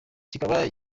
kikaba